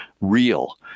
real